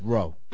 Row